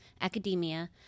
academia